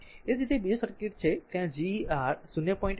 એ જ રીતે તે બીજો સર્કિટ કે ત્યાં G r 0